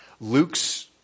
Luke's